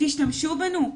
תשתמשו בנו.